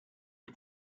dem